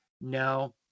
No